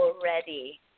already